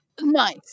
Nice